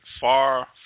far